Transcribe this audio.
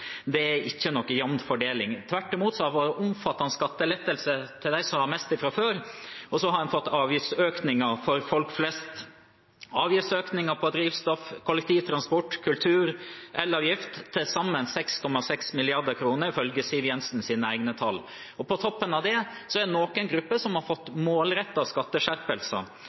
Det er ikke noen jevn fordeling. Tvert imot har det vært omfattende skattelettelser til dem som har mest fra før, og så har en fått avgiftsøkninger for folk flest. Det har vært avgiftsøkninger på drivstoff, kollektivtransport, kultur, elavgift – til sammen 6,6 mrd. kr, ifølge Siv Jensens egne tall. På toppen av det er det noen grupper som har fått målrettede skatteskjerpelser.